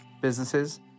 businesses